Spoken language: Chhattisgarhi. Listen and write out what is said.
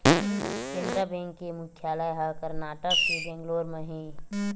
केनरा बेंक के मुख्यालय ह करनाटक के बेंगलोर म हे